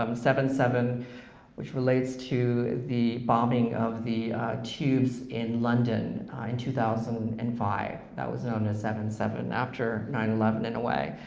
um seven seven which relates to the bombing of the tubes in london in two thousand and five. that was known as seven seven, after nine eleven in a way,